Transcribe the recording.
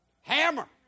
Hammer